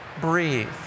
breathe